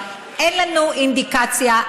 אין לנו אינדיקציה,